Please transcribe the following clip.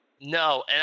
No